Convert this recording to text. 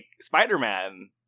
Spider-Man